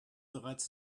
bereits